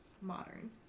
modern